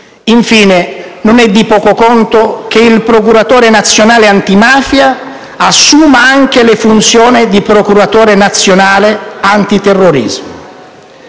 Infine, non è di poco conto che il procuratore nazionale antimafia assuma anche le funzioni di procuratore nazionale antiterrorismo.